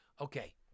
okay